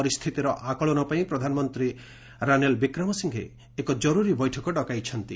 ପରିସ୍ଥିତିର ଆକଳନ ପାଇଁ ପ୍ରଧାନମନ୍ତ୍ରୀ ରାନୀଲ୍ ବିକ୍ରମାସିଫ୍ଟେ ଏକ ଜରୁରୀ ବୈଠକ ଡକାଇଛନ୍ତି